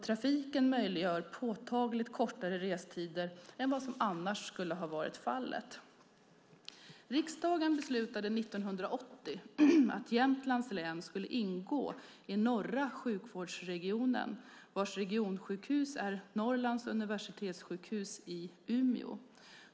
Trafiken möjliggör påtagligt kortare restider än vad som annars skulle ha varit fallet. Riksdagen beslutade 1980 att Jämtlands län skulle ingå i norra sjukvårdsregionen, vars regionsjukhus är Norrlands universitetssjukhus i Umeå.